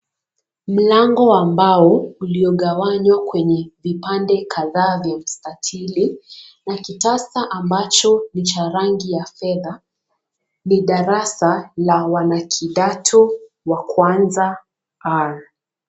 Mlango wa mbao uliogawanywa kwenye vipande kadhaa vya mstatili na kitasa ambacho ni cha rangi ya fedha. Ni darasa la wana kidato wa kwanza R.